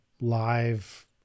live